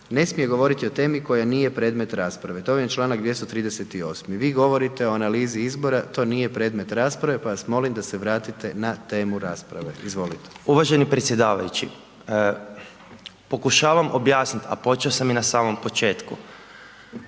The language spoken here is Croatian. ne smije govoriti o temi koja nije predmet rasprave. To vam je čl. 238. Vi govorite o analizi izbora, to nije predmet rasprave, pa vas molim da se vratite na temu rasprave. Izvolite. **Pernar, Ivan (Živi zid)** Uvaženi predsjedavajući. Pokušavam objasniti, a počeo sam i na samom početku,